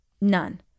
None